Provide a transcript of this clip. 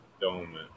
dome